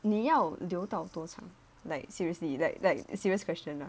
你要留到多长 like seriously like like serious question lah